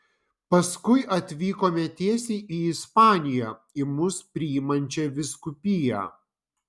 paskui atvykome tiesiai į ispaniją į mus priimančią vyskupiją